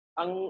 ang